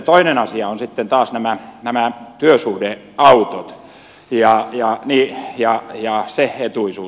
toinen asia on sitten taas nämä työsuhdeautot ja se etuisuus